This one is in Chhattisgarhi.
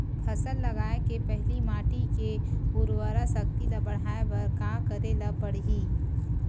फसल लगाय के पहिली माटी के उरवरा शक्ति ल बढ़ाय बर का करेला पढ़ही?